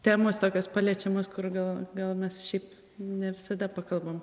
temos tokios paliečiamos kur gal gal mes šiaip ne visada pakalbam